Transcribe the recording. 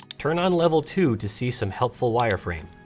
turn on level two to see some helpful wireframe,